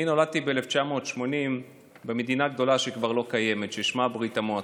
אני נולדתי ב-1980 במדינה גדולה שכבר לא קיימת ששמה ברית המועצות.